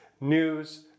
news